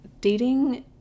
dating